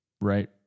right